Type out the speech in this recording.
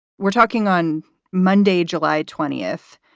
we're talking on monday, july twentieth.